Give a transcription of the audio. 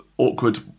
awkward